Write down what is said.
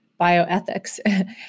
bioethics